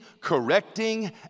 correcting